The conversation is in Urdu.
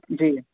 جی